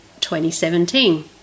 2017